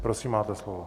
Prosím, máte slovo.